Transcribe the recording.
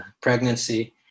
pregnancy